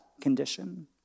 condition